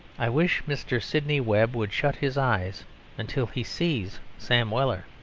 i wish mr. sidney webb would shut his eyes until he sees sam weller.